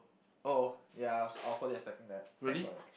oh ya I I was totally expecting that thank god it's